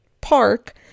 park